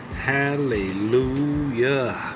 Hallelujah